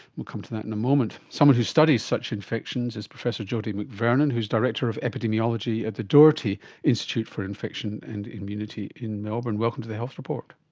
we'll come to that in a moment. someone who studies such infections is professor jodie mcvernon who is director of epidemiology at the doherty institute for infection and immunity in melbourne. welcome to the health report.